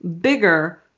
bigger